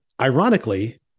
ironically